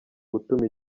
gutuma